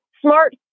smart